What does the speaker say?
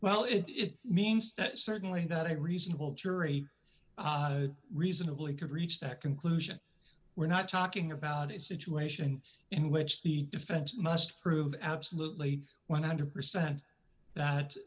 well if it means that certainly not a reasonable jury reasonably could reach that conclusion we're not talking about it situation in which the defense must prove absolutely one hundred percent that